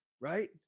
right